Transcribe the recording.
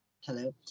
Hello